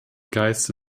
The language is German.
geiste